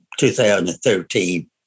2013